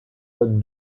tot